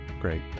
Great